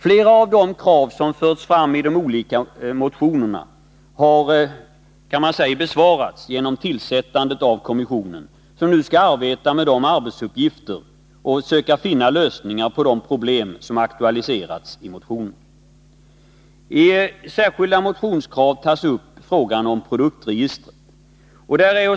Flera av de krav som förts fram i de olika motionerna kan man säga har besvarats genom tillsättandet av kommissionen, som nu skall arbeta med dessa uppgifter och försöka finna lösningar på de problem som aktualiseras i motionerna. I särskilda motionskrav tas upp frågan om ett produktregister.